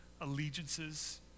allegiances